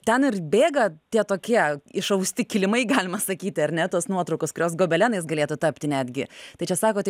ten ir bėga tie tokie išausti kilimai galima sakyti ar ne tos nuotraukos kurios gobelenais galėtų tapti netgi tai čia sakote